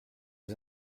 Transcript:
les